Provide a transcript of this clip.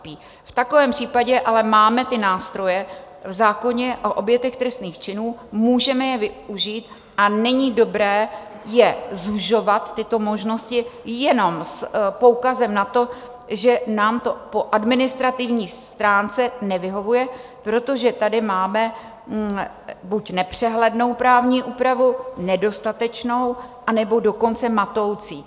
V takovém případě ale máme nástroje v zákoně o obětech trestných činů, můžeme je využít a není dobré zužovat tyto možnosti jenom s poukazem na to, že nám to po administrativní stránce nevyhovuje, protože tady máme buď nepřehlednou právní úpravu, nedostatečnou, anebo dokonce matoucí.